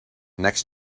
next